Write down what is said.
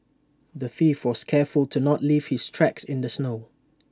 the thief was careful to not leave his tracks in the snow